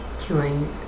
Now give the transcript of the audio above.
killing